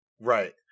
Right